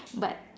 but